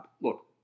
look